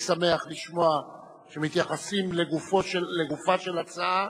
אני שמח לשמוע שמתייחסים לגופה של הצעה